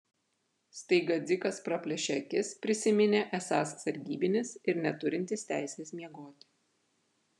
staiga dzikas praplėšė akis prisiminė esąs sargybinis ir neturintis teisės miegoti